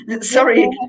sorry